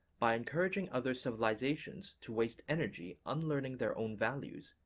by encouraging other civilizations to waste energy unlearning their own values,